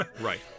Right